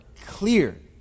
clear